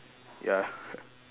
ya